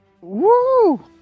Woo